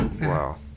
Wow